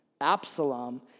Absalom